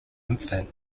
infant